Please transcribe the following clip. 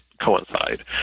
coincide